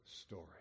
story